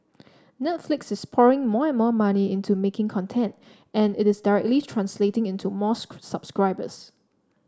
Netflix is pouring more and more money into making content and it is directly translating into more subscribers